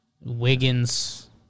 Wiggins